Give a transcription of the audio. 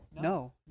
No